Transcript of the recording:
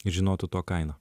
ir žinotų to kainą